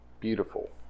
Beautiful